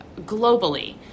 globally